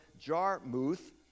Jarmuth